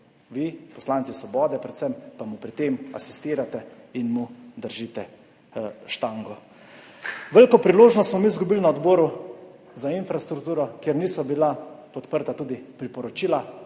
poslanci Svobode, pa mu pri tem asistirate in mu držite štango. Veliko priložnost smo izgubili na Odboru za infrastrukturo, kjer niso bila podprta priporočila,